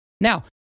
Now